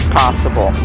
possible